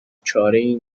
چارهای